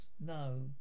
No